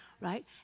right